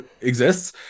exists